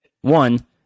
One